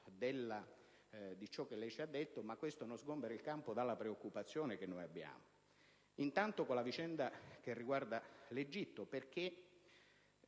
Grazie